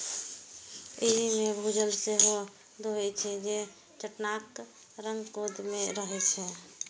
एहि मे भूजल सेहो होइत छै, जे चट्टानक रंध्रकोश मे रहै छै